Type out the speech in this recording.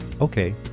Okay